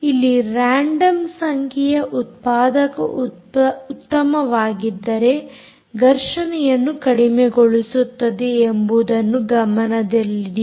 ಇಲ್ಲಿ ರಾಂಡಮ್ ಸಂಖ್ಯೆಯ ಉತ್ಪಾದಕ ಉತ್ತಮವಾಗಿದ್ದರೆ ಘರ್ಷಣೆಯನ್ನು ಕಡಿಮೆಗೊಳಿಸುತ್ತದೆ ಎಂಬುದನ್ನು ಗಮನದಲ್ಲಿಡಿ